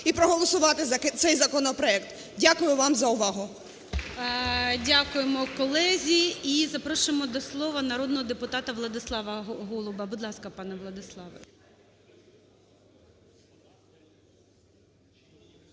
і проголосувати за цей законопроект. Дякую вам за увагу. ГОЛОВУЮЧИЙ. Дякуємо колезі. І запрошуємо до слова народного депутата Владислава Голуба. Будь ласка, пане Владислав.